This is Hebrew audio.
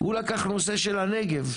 הוא לקח נושא של הנגב,